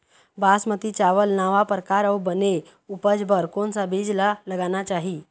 बासमती चावल नावा परकार अऊ बने उपज बर कोन सा बीज ला लगाना चाही?